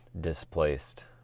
displaced